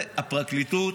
זה הפרקליטות,